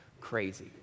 crazy